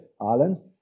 Islands